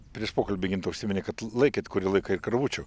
prieš pokalbį ginta užsiminė kad laikėt kurį laiką ir karvučių